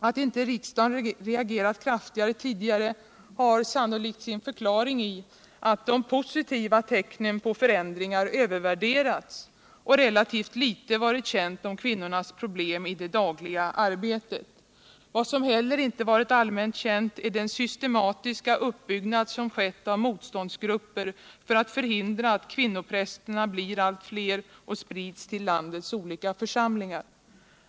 Att inte riksdagen reagerat kraftigare tidigare har sannolikt sin förklaring i att de positiva tecknen på förändringar övervärderats och relativt litet varit känt om kvinnornas problem i det dagliga arbetet. Vad som heller inte varit allmänt känt är den systematiska uppbyggnad som skett av motståndsgrupper för att hindra att Kvinnoprästerna blir fler och sprids till landets olika församlingar.